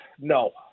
No